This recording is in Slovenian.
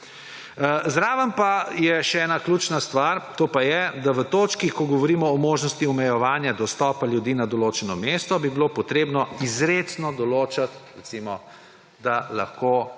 Je pa še ena ključna stvar, to pa je, da v točki, ko govorimo o možnosti omejevanja dostopa ljudi na določeno mesto, bi bilo treba izrecno določiti, da lahko